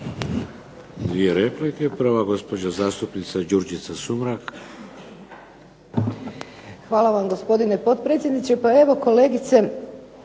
Dvije replike. Prva gospođa zastupnica Đurđica Sumrak. **Sumrak, Đurđica (HDZ)** Hvala vam gospodine potpredsjedniče. Pa evo kolegice